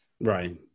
Right